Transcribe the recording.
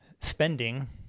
spending